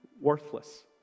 worthless